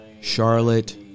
Charlotte